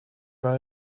war